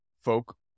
folk